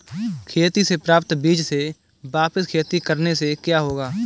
खेती से प्राप्त बीज से वापिस खेती करने से क्या होगा?